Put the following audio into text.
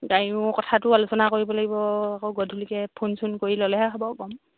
গাড়ীও কথাটো আলোচনা কৰিব লাগিব আকৌ গধূলকৈ ফোন চোন কৰি ল'লেহে হ'ব ক'ম